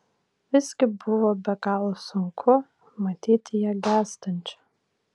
visgi buvo be galo sunku matyti ją gęstančią